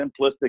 simplistic